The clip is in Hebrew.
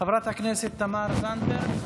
חברת הכנסת תמר זנדברג,